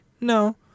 no